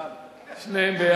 שניהם ביחד.